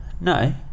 No